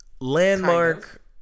Landmark